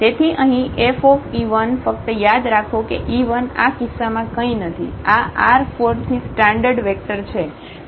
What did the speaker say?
તેથી અહીં Fe1 ફક્ત યાદ રાખો કે e1આ કિસ્સામાં કંઈ નથી આ R4 થી સ્ટાન્ડર્ડ વેક્ટર છે